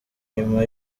nyuma